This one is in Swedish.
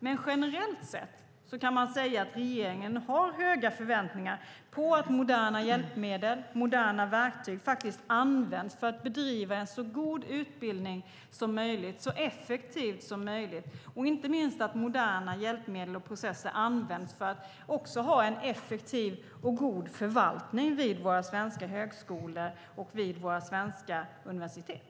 Men generellt sett kan man säga att regeringen har höga förväntningar på att moderna hjälpmedel och moderna verktyg används för att bedriva en så god och så effektiv utbildning som möjligt, inte minst att moderna hjälpmedel och processer används för att ha en effektiv och god förvaltning vid våra svenska högskolor och universitet.